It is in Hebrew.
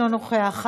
אינו נוכח,